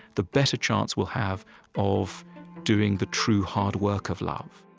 the better chance we'll have of doing the true hard work of love